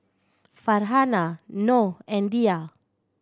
Farhanah Noh and Dhia